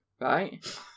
right